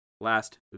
last